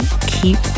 keep